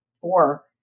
four